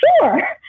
Sure